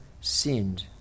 sinned